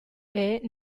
est